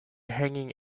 hanging